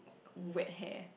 wet hair